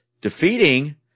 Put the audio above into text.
defeating